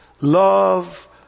love